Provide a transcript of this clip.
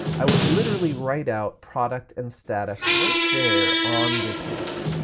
i would literally write out product and status right there on the page.